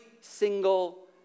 single